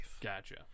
Gotcha